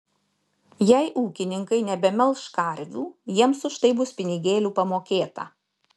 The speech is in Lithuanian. jei ūkininkai nebemelš karvių jiems už tai bus pinigėlių pamokėta